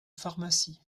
pharmacie